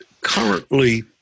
currently